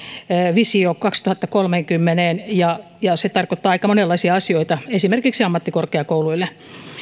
visio kaksituhattakolmekymmentäeen ja ja se tarkoittaa aika monenlaisia asioita esimerkiksi ammattikorkeakouluille